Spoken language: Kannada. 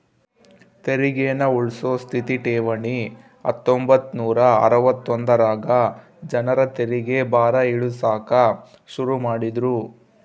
ತೆರಿಗೇನ ಉಳ್ಸೋ ಸ್ಥಿತ ಠೇವಣಿ ಹತ್ತೊಂಬತ್ ನೂರಾ ಅರವತ್ತೊಂದರಾಗ ಜನರ ತೆರಿಗೆ ಭಾರ ಇಳಿಸಾಕ ಶುರು ಮಾಡಿದ್ರು